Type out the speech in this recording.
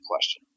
question